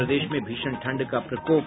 और प्रदेश में भीषण ठंड का प्रकोप